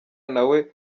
nawe